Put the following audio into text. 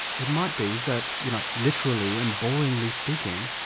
it might be that you know literally and boringly speaking,